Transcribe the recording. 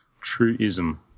Truism